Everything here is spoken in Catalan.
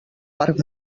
parc